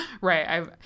Right